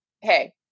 hey